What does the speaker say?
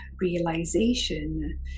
realization